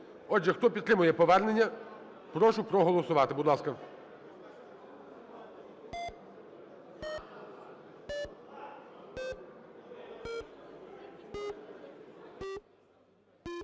Отже, хто підтримує повернення, прошу проголосувати. Будь ласка.